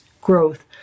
growth